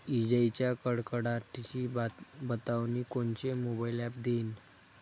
इजाइच्या कडकडाटाची बतावनी कोनचे मोबाईल ॲप देईन?